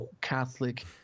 Catholic